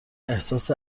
احساس